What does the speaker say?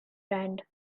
rand